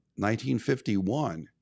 1951